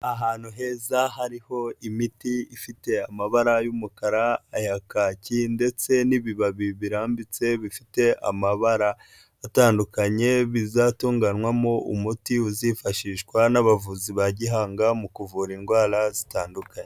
Ahantu heza hariho imiti ifite amabara y'umukara, aya kaki ndetse n'ibibabi birambitse bifite amabara atandukanye bizatunganywamo umuti uzifashishwa n'abavuzi ba gihanga mu kuvura indwara zitandukanye.